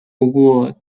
透过